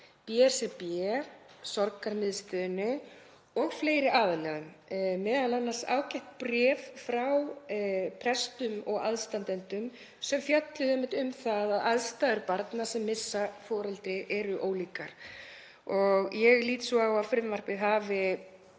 BHM, BSRB, Sorgarmiðstöðinni og fleiri aðilum, m.a. ágætt bréf frá prestum og aðstandendum sem fjölluðu einmitt um það að aðstæður barna sem missa foreldri eru ólíkar og ég lít svo á að frumvarpið hafi